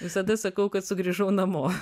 visada sakau kad sugrįžau namo